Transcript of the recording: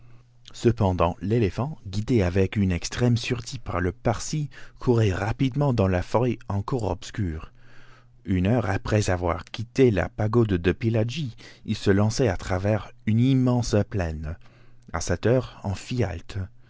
cependant l'éléphant guidé avec une extrême sûreté par le parsi courait rapidement dans la forêt encore obscure une heure après avoir quitté la pagode de pillaji il se lançait à travers une immense plaine a sept heures on